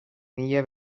mila